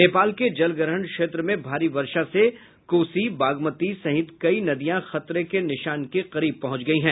नेपाल के जलग्रहण क्षेत्र में भारी वर्षा से कोसी बागमती सहित कई नदियां खतरे के निशान के करीब पहुंच गयी है